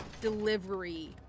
delivery